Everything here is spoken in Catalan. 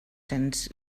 cents